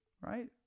Right